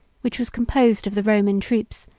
which was composed of the roman troops,